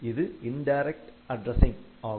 இது indirect addressing ஆகும்